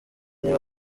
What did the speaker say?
niba